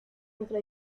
nuestra